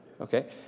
Okay